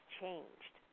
changed